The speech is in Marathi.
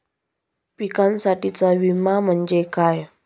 पिकांसाठीचा विमा म्हणजे काय?